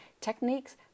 techniques